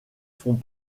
font